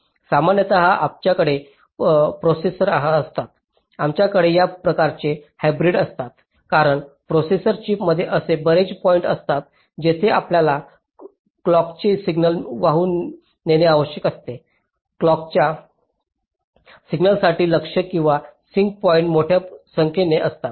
सामान्यत आमच्याकडे प्रोसेसर असतात आमच्याकडे या प्रकारचे हायब्रीड असतात कारण प्रोसेसर चिपमध्ये असे बरेच पॉईंट्स असतात जेथे आपल्याला क्लॉकाचे सिग्नल वाहून नेणे आवश्यक असते क्लॉकाच्या सिग्नलसाठी लक्ष्य किंवा सिंक पॉइंट्स मोठ्या संख्येने असतात